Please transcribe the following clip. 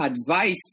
advice